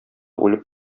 үлеп